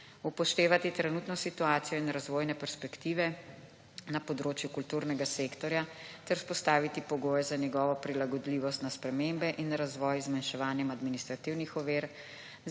Upoštevati trenutno situacijo in razvojne perspektive na področju kulturnega sektorja ter vzpostaviti pogoje za njegovo prilagodljivost na spremembe in razvoj z zmanjševanjem administrativnih ovir